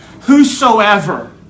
whosoever